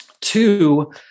Two